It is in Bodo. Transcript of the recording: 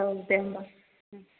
औ दे होनबा